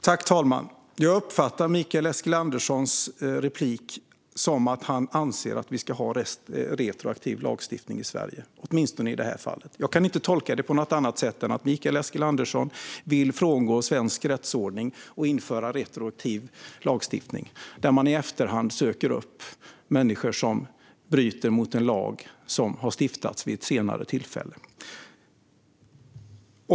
Fru talman! Jag uppfattar Mikael Eskilanderssons replik som att han anser att vi ska ha retroaktiv lagstiftning i Sverige, åtminstone i detta fall. Jag kan inte tolka det på något annat sätt än att Mikael Eskilandersson vill frångå svensk rättsordning och införa retroaktiv lagstiftning, så att man i efterhand kan söka upp människor som bryter mot en lag som har stiftats vid ett senare tillfälle.